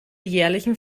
jährlichen